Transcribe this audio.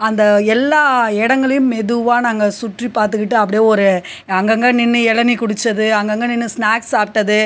அந்த எல்லா இடங்களையும் மெதுவாக நாங்கள் சுற்றி பார்த்துக்கிட்டு அப்படியே ஒரு அங்கேங்க நின்று இளநீ குடிச்சது அங்கேங்க நின்று ஸ்நேக்ஸ் சாப்பிட்டது